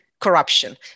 corruption